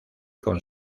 con